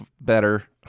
better